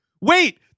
Wait